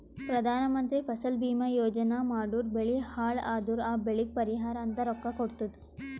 ಪ್ರಧಾನ ಮಂತ್ರಿ ಫಸಲ ಭೀಮಾ ಯೋಜನಾ ಮಾಡುರ್ ಬೆಳಿ ಹಾಳ್ ಅದುರ್ ಆ ಬೆಳಿಗ್ ಪರಿಹಾರ ಅಂತ ರೊಕ್ಕಾ ಕೊಡ್ತುದ್